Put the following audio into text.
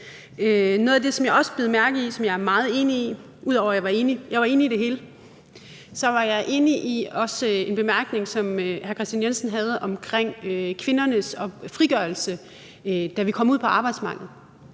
mærke i, og som jeg er meget enig i – ud over at jeg var enig i det hele! – var en bemærkning, som hr. Kristian Jensen havde om kvindernes frigørelse, da vi kom ud på arbejdsmarkedet.